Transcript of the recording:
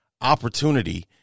opportunity